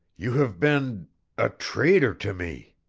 you have been a traitor to me!